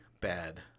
bad